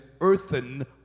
earthen